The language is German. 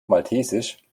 maltesisch